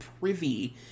privy